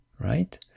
right